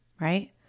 right